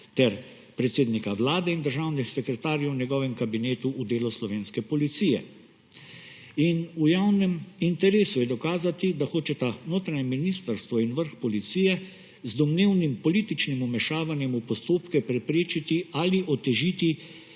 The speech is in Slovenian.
ter predsednika Vlade in državnih sekretarjev v njegovem kabinetu v delo slovenske policije. In v javnem interesu je dokazati, da hočeta notranje ministrstvo in vrh Policije z domnevnim političnim vmešavanjem v postopke preprečiti ali otežiti